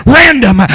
random